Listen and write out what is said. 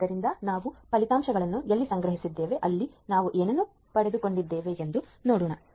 ಆದ್ದರಿಂದ ನಾವು ಫಲಿತಾಂಶಗಳನ್ನು ಎಲ್ಲಿ ಸಂಗ್ರಹಿಸಿದ್ದೇವೆ ಅಲ್ಲಿ ನಾವು ಏನನ್ನು ಪಡೆದುಕೊಂಡಿದ್ದೇವೆ ಎಂದು ನೋಡೋಣ